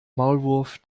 maulwurf